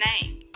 name